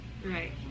Right